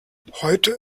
heute